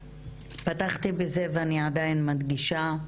פתחתי בזה ואני עדיין מדגישה,